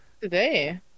today